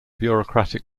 bureaucratic